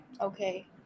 okay